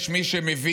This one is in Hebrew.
יש מי שמבין